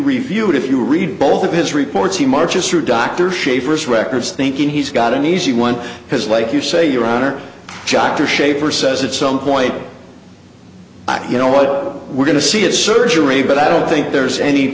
reviewed if you read both of his reports he marches through dr shafer's records thinking he's got an easy one because like you say your honor jotter shaper says it's some point you know what we're going to see it surgery but i don't think there's any